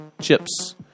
chips